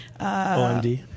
OMD